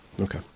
okay